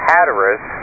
Hatteras